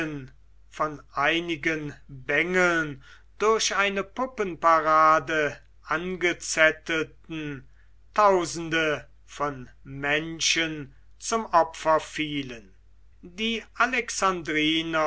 von einigen bengeln durch eine puppenparade angezettelten tausende von menschenleben zum opfer fielen die alexandriner